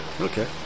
Okay